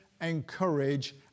encourage